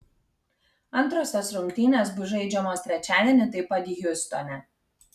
antrosios rungtynės bus žaidžiamos trečiadienį taip pat hjustone